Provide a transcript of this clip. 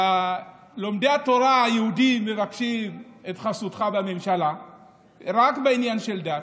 ולומדי התורה היהודים מבקשים את חסותך בממשלה רק בעניין של דת.